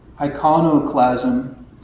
iconoclasm